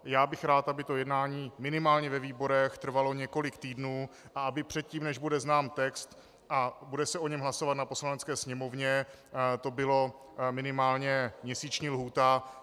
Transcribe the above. Já bych rád, aby to jednání minimálně ve výborech trvalo několik týdnů a aby předtím, než bude znám text a bude se o něm hlasovat na Poslanecké sněmovně, to byla minimálně měsíční lhůta.